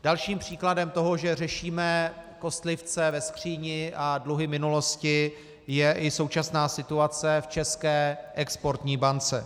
Dalším příkladem toho, že řešíme kostlivce ve skříni a dluhy minulosti, je i současná situace v České exportní bance.